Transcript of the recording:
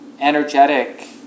energetic